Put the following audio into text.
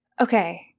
Okay